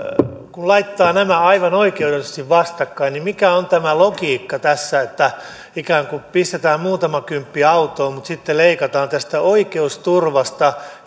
kun laittaa nämä aivan oikeutetusti vastakkain niin mikä on tämä logiikka tässä ikään kuin pistetään muutama kymppi autoon mutta sitten leikataan oikeusturvasta